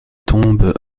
tombe